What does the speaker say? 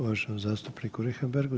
uvaženom zastupniku Richemberghu.